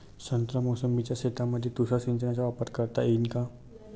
संत्रा मोसंबीच्या शेतामंदी तुषार सिंचनचा वापर करता येईन का?